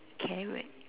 carrot